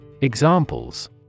Examples